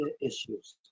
issues